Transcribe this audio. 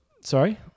Sorry